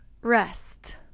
REST